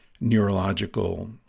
neurological